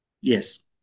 Yes